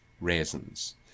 raisins